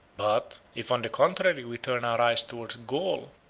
but if, on the contrary, we turn our eyes towards gaul,